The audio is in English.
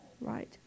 right